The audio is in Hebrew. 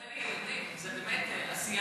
זה ליהודים, נכון.